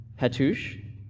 Hattush